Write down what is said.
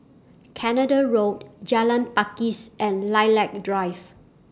Canada Road Jalan Pakis and Lilac Drive